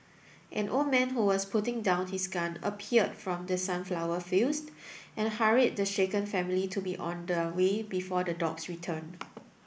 an old man who was putting down his gun appeared from the sunflower fields and hurried the shaken family to be on their way before the dogs return